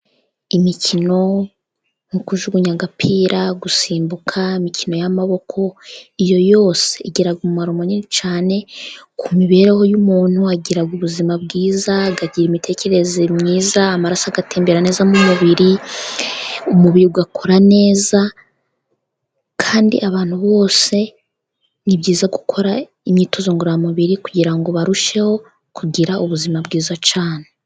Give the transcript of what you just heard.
Imikino nko kujugunya agapira, gusimbuka, imikino y'amaboko, yose igira umumaro munini cyane ku mibereho y'umuntu. Agira ubuzima bwiza, agira imitekerereze myiza, amaraso agatembera neza mu mubiri, umubiri ugakora neza. Kandi abantu bose ni byiza gukora imyitozo ngororamubiri kugira ngo barusheho kugira ubuzima bwiza cyane.